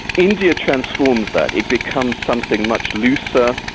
india transforms that. it becomes something much looser,